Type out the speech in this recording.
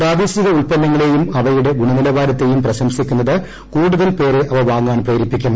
പ്രാദേശിക ഉൽപ്പന്നങ്ങളെയും അവയുടെ ഗുണനിലവാരത്തെയും പ്രശംസിക്കുന്നത് കൂടുതൽ പേരെ അവ വാങ്ങാൻ പ്രേരിപ്പിക്കും